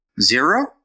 Zero